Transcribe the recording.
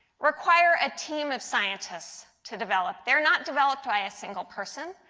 require a team of scientists to develop. they are not developed by a single person.